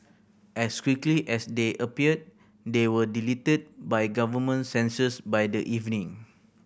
as quickly as they appeared they were deleted by government censors by the evening